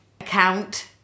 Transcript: account